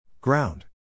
Ground